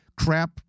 crap